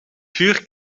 vuur